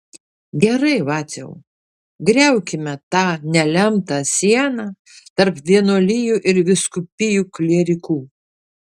gerai vaciau griaukime tą nelemtą sieną tarp vienuolijų ir vyskupijų klierikų